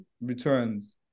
returns